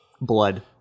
blood